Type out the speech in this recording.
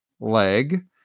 leg